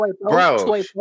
bro